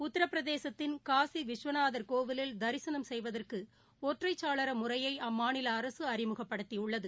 உத்திரபிரசேத்தின் காசிவிஸ்வநாதர் கோவிலில் தரிசனம் செய்வதற்குஒற்றைசாளரமுறையைஅம்மாநிலஅரசுஅறிமுகப்படுத்தியுள்ளது